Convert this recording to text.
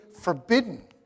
forbidden